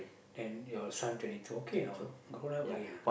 then your son twenty four okay [what] grown up already ah